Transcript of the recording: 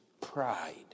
pride